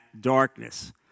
darkness